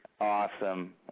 Awesome